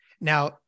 Now